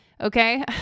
okay